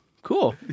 Cool